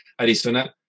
Arizona